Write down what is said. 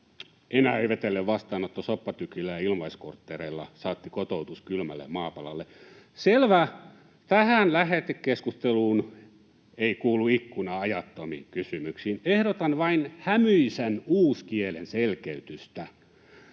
enää ei vetele vastaanotto soppatykillä ja ilmaiskortteerilla, saati kotoutus kylmälle maapalalle. — Selvä. Tähän lähetekeskusteluun ei kuulu ikkuna ajattomiin kysymyksiin. Ehdotan vain hämyisän uuskielen selkeytystä.